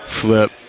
Flip